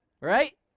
Right